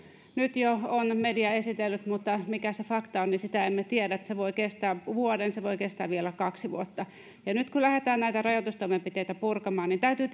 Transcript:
nyt jo on media esitellyt mutta mikä se fakta on sitä emme tiedä se voi kestää vuoden se voi kestää vielä kaksi vuotta nyt kun lähdetään näitä rajoitustoimenpiteitä purkamaan niin täytyy